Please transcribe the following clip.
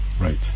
right